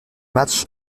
match